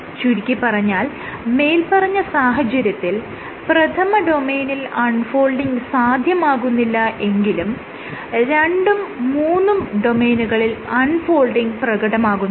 ചുരുക്കിപ്പറഞ്ഞാൽ മേല്പറഞ്ഞ സാഹചര്യത്തിൽ പ്രഥമഃ ഡൊമെയ്നിൽ അൺ ഫോൾഡിങ് സാധ്യമാകുന്നില്ല എങ്കിലും രണ്ടും മൂന്നും ഡൊമെയ്നുകളിൽ അൺ ഫോൾഡിങ് പ്രകടമാകുന്നുണ്ട്